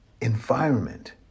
environment